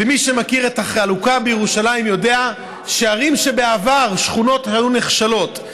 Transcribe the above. מי שמכיר את החלוקה בירושלים יודע ששכונות שבעבר היו נחשלות,